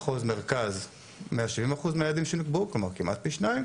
מחוז מרכז 170% מהיעדים שנקבעו כלומר כמעט פי שניים,